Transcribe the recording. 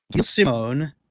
Simone